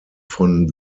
von